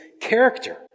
character